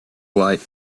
light